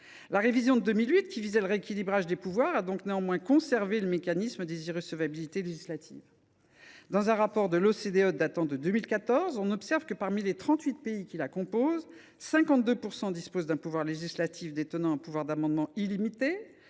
La révision de 2008, qui visait le rééquilibrage des pouvoirs, a néanmoins conservé le mécanisme des irrecevabilités législatives. Dans un rapport de l’OCDE datant de 2014, on observe que, parmi les 38 pays qui composent l’organisation, 52 % disposent d’un pouvoir législatif détenant un pouvoir d’amendement illimité,